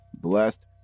blessed